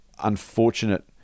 unfortunate